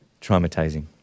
Traumatizing